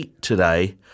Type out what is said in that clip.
today